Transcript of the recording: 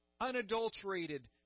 unadulterated